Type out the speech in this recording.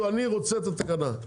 אותי מעניין שתהיה תקנה.